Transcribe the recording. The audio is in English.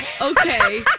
okay